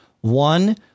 One